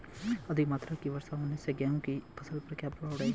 अधिक मात्रा की वर्षा होने से गेहूँ की फसल पर क्या प्रभाव पड़ेगा?